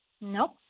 Nope